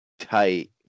tight